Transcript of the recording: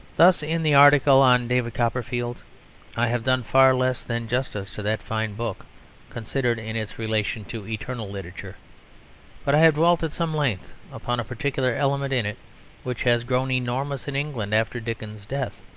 thus in the article on david copperfield i have done far less than justice to that fine book considered in its relation to eternal literature but i have dwelt at some length upon a particular element in it which has grown enormous in england after dickens's death.